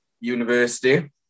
University